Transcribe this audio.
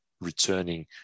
returning